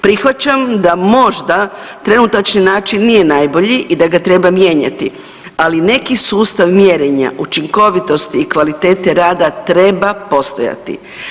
Prihvaćam da možda trenutačni način nije najbolji i da ga treba mijenjati, ali neki sustav mjerenja učinkovitosti i kvalitete rada treba postojati.